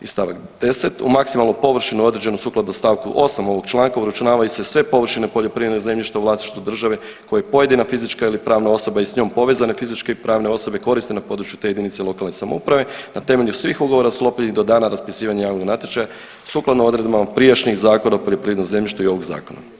I stavak 10. u maksimalnu površinu određenu sukladno stavku 8. ovog članka uračunavaju se sve površine poljoprivrednog zemljišta u vlasništvu države koje pojedina fizička ili pravna osoba i s njom povezane fizičke i pravne osobe koriste na području te jedinice lokalne samouprave na temelju svih ugovora sklopljenih do dana raspisivanja javnog natječaja sukladno odredbama prijašnjih Zakona o poljoprivrednom zemljištu i ovog zakona.